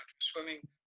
swimming